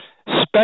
special